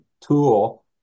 tool